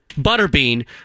Butterbean